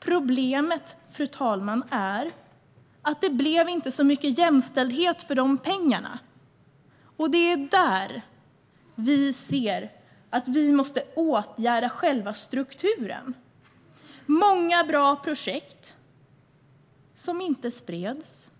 Problemet, fru talman, är att det inte blev så mycket jämställdhet för pengarna. Det är där vi ser att vi måste åtgärda själva strukturen. Många bra projekt spreds